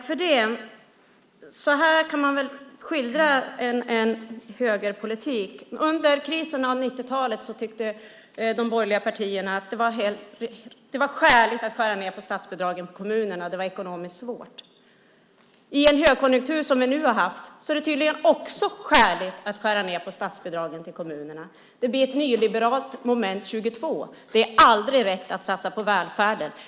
Fru talman! Så här kan man skildra en högerpolitik. Under krisen på 90-talet tyckte de borgerliga partierna att det var skäligt att skära ned på statsbidragen till kommunerna då det var ekonomiskt svårt. I en högkonjunktur som den vi nu har haft är det tydligen också skäligt att skära ned på statsbidragen till kommunerna. Det blir ett nyliberalt moment 22. Det är aldrig rätt att satsa på välfärden.